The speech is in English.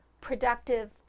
productive